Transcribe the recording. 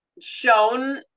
shown